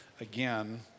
again